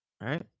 Right